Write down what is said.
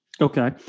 Okay